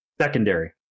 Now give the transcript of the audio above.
Secondary